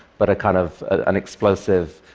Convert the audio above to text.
but a kind of and explosive